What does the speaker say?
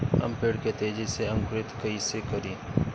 हम पेड़ के तेजी से अंकुरित कईसे करि?